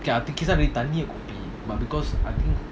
அதுக்குதான்நீதண்ணியகுடி:adhukuthan nee thanniya kudi but because I think